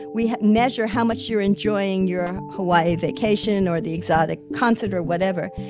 we measure how much you're enjoying your hawaii vacation or the exotic concert or whatever.